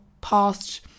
past